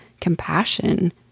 compassion